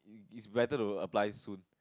it's better to apply soon